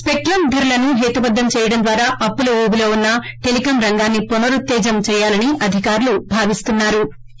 spectrum ధరలను హేతుబద్దం చేయటం ద్వారా అప్పుల ఊబిలో ఉన్న టెలికాం రంగాన్ని పునరుత్తేజం చేయాలని అధికారులు భావిస్తున్నా రు